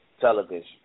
television